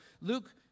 Luke